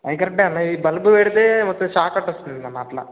అది కరెక్ట్ అన్నఈ బల్బ్ పెడితే మొత్తం షాాక్ కొట్టేస్తుంది అన్న అట్లా